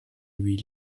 lui